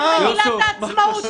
הצטרפנו.